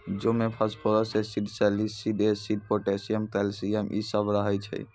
जौ मे phosphorus acid, सैलसिड एसिड, पोटाशियम, कैल्शियम इ सभ रहै छै